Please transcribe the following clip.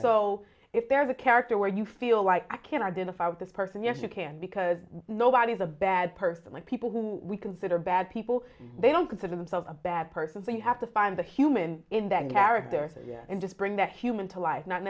so if there's a character where you feel like i can identify with this person yes you can because nobody is a bad person like people who we consider bad people they don't consider themselves a bad person but you have to find the human in that character and just bring that human to life not